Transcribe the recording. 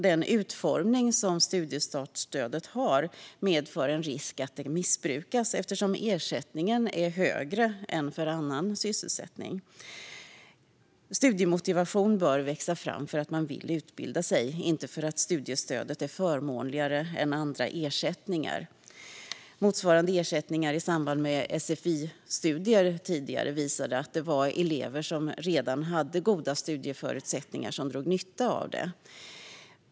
Den utformning som studiestartsstödet har medför en risk för att det missbrukas eftersom ersättningen är högre än för annan sysselsättning. Studiemotivation bör växa fram för att man vill utbilda sig, inte för att studiestödet är förmånligare än andra ersättningar. När det gäller motsvarande ersättningar i samband med sfi-studier visade det sig tidigare att det var elever med redan goda studieförutsättningar som drog nytta av detta.